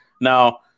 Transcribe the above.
now